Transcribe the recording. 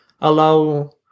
allow